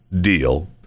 deal